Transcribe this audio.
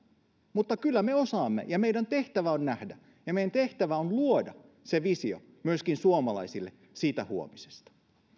mutta kyllä me osaamme meidän tehtävä on nähdä ja meidän tehtävä on luoda visio suomalaisille myöskin siitä huomisesta